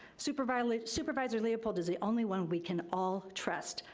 supervisor supervisor leopold is the only one we can all trust.